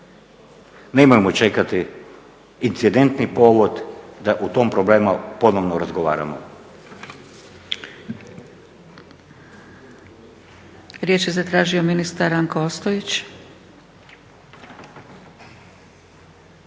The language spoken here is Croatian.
Nemojmo čekati incidentni povod da o tom problemu ponovno razgovaramo.